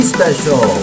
Special